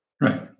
Right